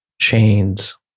chains